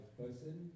person